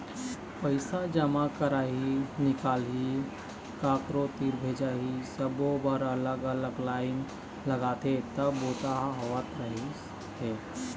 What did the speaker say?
पइसा जमा करई, निकलई, कखरो तीर भेजई सब्बो बर अलग अलग लाईन लगथे तब बूता ह होवत रहिस हे